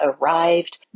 arrived